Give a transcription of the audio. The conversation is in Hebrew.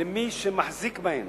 למי שמחזיק בהן.